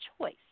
choice